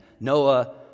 Noah